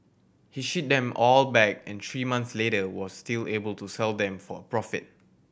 he shipped them all back and three months later was still able to sell them for a profit